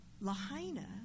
Lahaina